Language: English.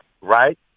right